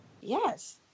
yes